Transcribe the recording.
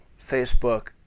Facebook